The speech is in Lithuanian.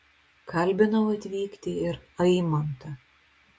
kalbinau atvykti ir aimantą